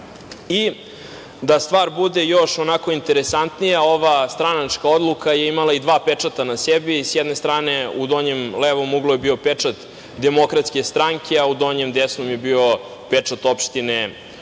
Da stvar bude još interesantnija, ova stranačka odluka je imala i dva pečata na sebi. Sa jedne strane, u donjem levom uglu je bio pečat DS, a u donjem desnom je bio pečat Opštine